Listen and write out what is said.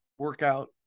workout